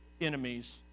enemies